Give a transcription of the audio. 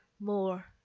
more